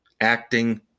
acting